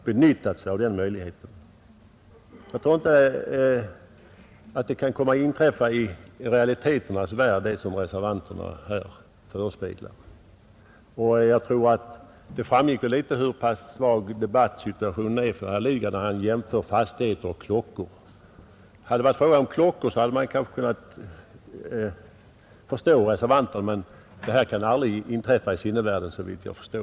Jag tror inte att det som reservanterna beskriver kan inträffa i realiteternas värld, Hur svag debattsituationen är framgick väl något av att herr Lidgard jämförde fastigheter och klockor. Hade det varit fråga om klockor hade man kanske förstått reservanterna, men för fastigheten kan detta aldrig inträffa i sinnevärlden, såvitt jag kan förstå.